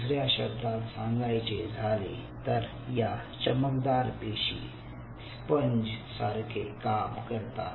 दुसऱ्या शब्दात सांगायचे झाले तर या चमकदार पेशी स्पंज सारखे काम करतात